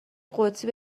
قدسی